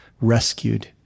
rescued